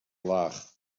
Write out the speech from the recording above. laag